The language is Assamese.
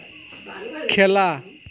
খেলা